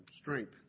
strength